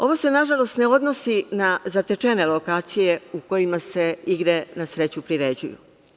Ovo se nažalost ne odnosi na zatečene lokacije u kojima se igre na sreću priređuju.